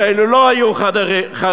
ואלה לא היו חרדים.